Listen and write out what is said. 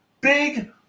Big